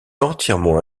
entièrement